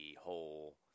whole